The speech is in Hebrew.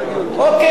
אוקיי.